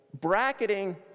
bracketing